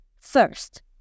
first